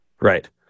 Right